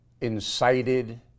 incited